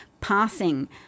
passing